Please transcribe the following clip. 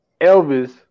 Elvis